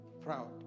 proud